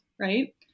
right